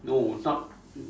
no not